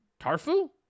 tarfu